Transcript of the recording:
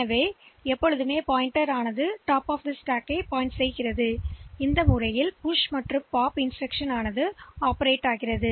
மேலும் ஸ்டாக் சுட்டிக்காட்டி எப்போதும் அடுக்கின் மேற்புறத்தை சுட்டிக்காட்டுகிறது